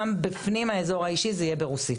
גם פנים האזור האישי יהיה ברוסית.